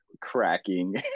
cracking